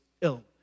ill